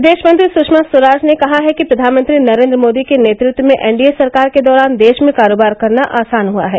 विदेश मंत्री सुषमा स्वराज ने कहा है कि प्रधानमंत्री नरेन्द्र मोदी के नेतृत्व में एनडीए सरकार के दौरान देश में कारोबार करना आसान हुआ है